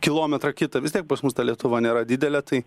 kilometrą kitą vis tiek pas mus ta lietuva nėra didelė tai